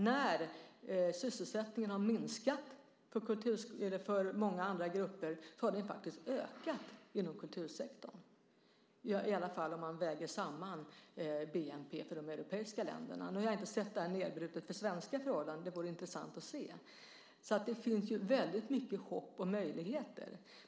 När sysselsättningen har minskat för många andra grupper har den faktiskt ökat inom kultursektorn, i alla fall om man väger samman bnp för de europeiska länderna. Nu har jag inte sett det här nedbrutet för svenska förhållanden. Det vore intressant att se det. Det finns väldigt mycket hopp och många möjligheter.